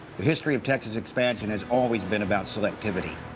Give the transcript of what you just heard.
the history of texas's expansion has always been about selectivity,